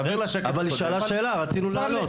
אבל היא שאלה שאלה, רצינו לענות.